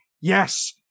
yes